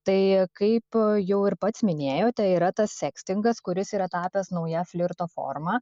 tai kaip jau ir pats minėjote yra tas sekstingas kuris yra tapęs nauja flirto forma